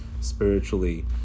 spiritually